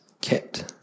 kept